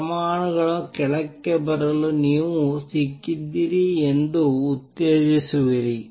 ಪರಮಾಣುಗಳು ಕೆಳಕ್ಕೆ ಬರಲು ನೀವು ಸಿಕ್ಕಿದ್ದೀರಿ ಎಂದು ನೀವು ಉತ್ತೇಜಿಸುತ್ತೀರಿ